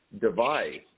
device